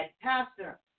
pastor